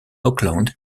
auckland